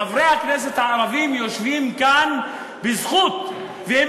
חברי הכנסת הערבים יושבים כאן בזכות והם